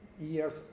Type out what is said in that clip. years